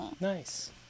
Nice